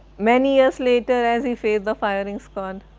many years later, as he faced the firing squad,